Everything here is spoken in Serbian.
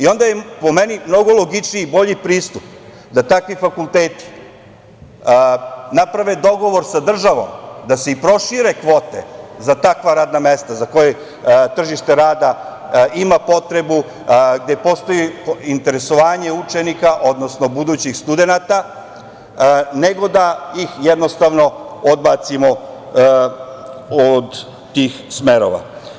Onda je, po meni, mnogo logičniji i bolji pristup da takvi fakulteti naprave dogovor sa državom da se i prošire kvote za takva radna mesta za koje tržište rada ima potrebu, gde postoji interesovanje učenika odnosno budućih studenata, nego da ih jednostavno odbacimo od tih smerova.